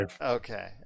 Okay